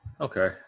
Okay